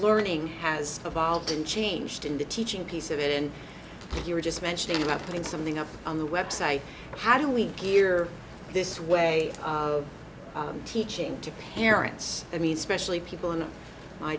learning has evolved and changed in the teaching piece of it and you were just mentioning about putting something up on the website how do we gear this way teaching to parents i mean especially people in my